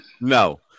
No